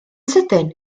sydyn